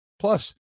Plus